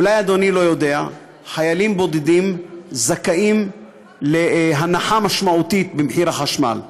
אולי אדוני לא יודע: חיילים בודדים זכאים להנחה משמעותית במחיר החשמל.